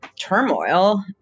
turmoil